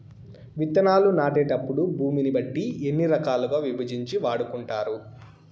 విత్తనాలు నాటేటప్పుడు భూమిని బట్టి ఎన్ని రకాలుగా విభజించి వాడుకుంటారు?